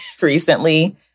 recently